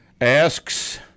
asks